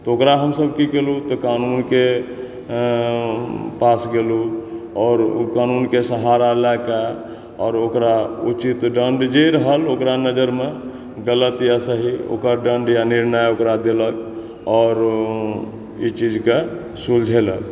तऽ ओकरा हमसब की केलूँ तऽ कानूनके पास गेलूँ आओर कानूनके सहारा लए कए आओर ओकरा उचित दण्ड जे रहल ओकरा नजरमे गलत या सही ओकर दण्ड या निर्णय ओकरा देलक आओर ई चीजके सुलझेलक